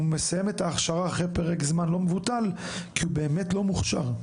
מסיים את ההכשרה אחרי פרק זמן לא מבוטל כי הוא באמת לא מוכשר.